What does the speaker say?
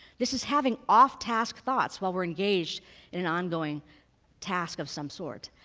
this is having off-task thoughts while we're engaged in an ongoing task of some sort.